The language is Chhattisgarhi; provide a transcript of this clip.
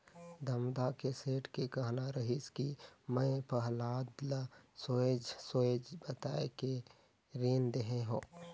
धमधा के सेठ के कहना रहिस कि मैं पहलाद ल सोएझ सोएझ बताये के रीन देहे हो